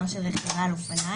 גם של רכיבה על אופניים,